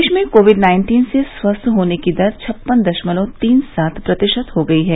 देश में COVID nineteen से स्वस्थ होने की दर छप्पन दशमलव तीन सात प्रतिशत हो गई है